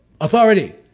Authority